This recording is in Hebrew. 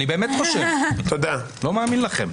אני באמת רושם, לא מאמין לכם.